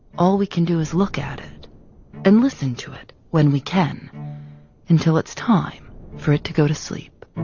all we can do is look at it and listen to it when we can until it's time for it to go to sleep